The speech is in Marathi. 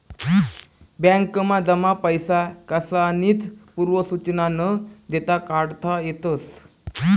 बॅकमा जमा पैसा कसानीच पूर्व सुचना न देता काढता येतस